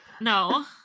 No